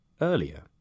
earlier